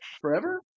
forever